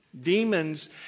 Demons